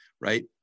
right